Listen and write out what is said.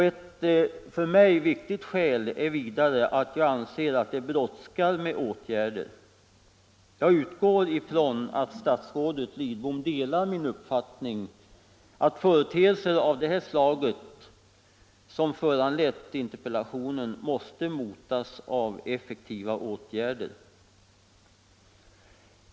Ett för mig viktigt skäl är vidare att jag anser att det brådskar med åtgärder. Jag utgår ifrån att statsrådet Lidbom delar min uppfattning att företeelser av det slag som föranlett interpellationen måste motas av effektiva åtgärder.